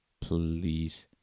Please